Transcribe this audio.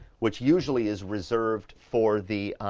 which usually is reserved for the.